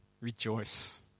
rejoice